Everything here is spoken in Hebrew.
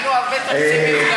ראינו הרבה תקציבים,